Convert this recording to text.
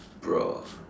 bro